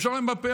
למשוך להם בפאות.